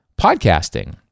podcasting